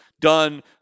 done